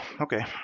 okay